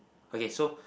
okay so